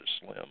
slim